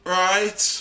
right